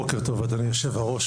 בוקר טוב אדוני יושב הראש,